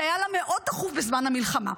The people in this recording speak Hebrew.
זה היה לה מאוד דחוף בזמן המלחמה.